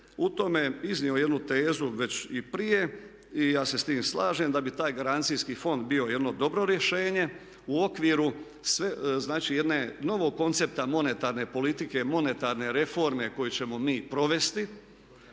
u tome iznio jednu tezu već i prije i ja se s tim slažem da bi taj garancijski fond bio jedno dobro rješenje u okviru znači jedne novog koncepta monetarne politike, monetarne reforme koju ćemo mi provesti